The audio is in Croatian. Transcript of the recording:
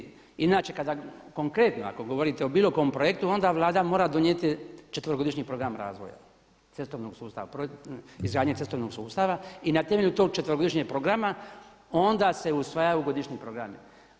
Inače kada konkretno, ako govorite o bilo kojem projektu ona Vlada mora donijeti četverogodišnji program razvoja cestovnog sustava, izgradnje cestovnog sustava i na temelju tog četverogodišnjeg programa onda se usvajaju godišnji programi.